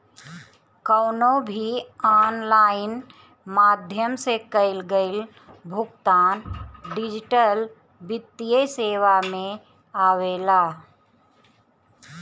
कवनो भी ऑनलाइन माध्यम से कईल गईल भुगतान डिजिटल वित्तीय सेवा में आवेला